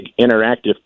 interactive